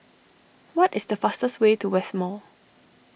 what is the fastest way to West Mall